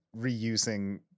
reusing